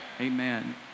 Amen